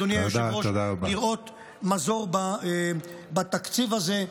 אדוני היושב-ראש, לראות מזור בתקציב הזה.